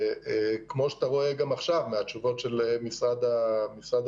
כמו שאתה רואה גם עכשיו מהתשובות של משרד הבריאות,